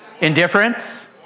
Indifference